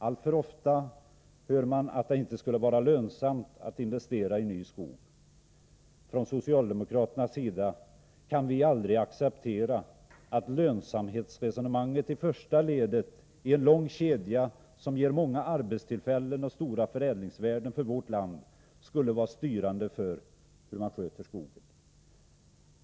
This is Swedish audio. Alltför ofta hör man att det inte skulle vara lönsamt att investera i ny skog. Från socialdemokratisk sida kan vi aldrig acceptera att lönsamhetsresonemanget i första ledet av en lång kedja, som ger många arbetstillfällen och stora förädlingsvärden för vårt land, skulle vara styrande för hur man sköter skogen.